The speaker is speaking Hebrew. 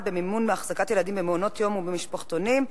במימון אחזקת הילדים במעונות-יום ובמשפחתונים,